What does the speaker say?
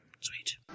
Sweet